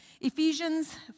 Ephesians